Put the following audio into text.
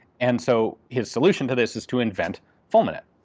and so his solution to this is to invent fulminate.